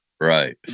Right